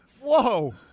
whoa